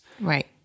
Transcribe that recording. Right